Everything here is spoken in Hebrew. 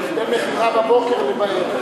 מה הפרש המחיר בין מכירה בבוקר למכירה בערב?